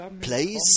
place